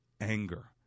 anger